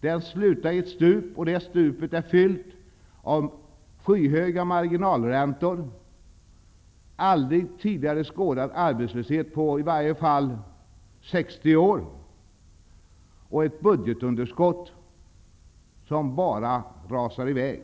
Den slutade i ett stup, fyllt med skyhöga marginalräntor, en arbetslöshet som inte skådats på i varje fall 60 år och ett budgetunderskott som bara rasar i väg.